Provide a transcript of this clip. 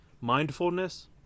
mindfulness